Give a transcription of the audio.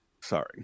Sorry